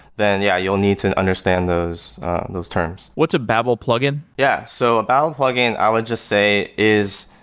then yeah, you'll need to understand those those terms what's a babel plug-in? yeah. so a babel plug-in i would just say is